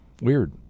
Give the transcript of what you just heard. Weird